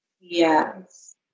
yes